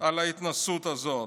על ההתנשאות הזאת.